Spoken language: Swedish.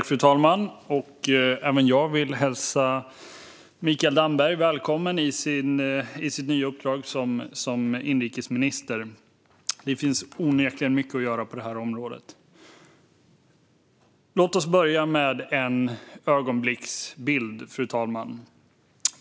Fru talman! Även jag vill hälsa Mikael Damberg välkommen i hans nya uppdrag som inrikesminister. Det finns onekligen mycket att göra på detta område. Låt oss börja med en ögonblicksbild, fru talman.